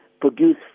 produce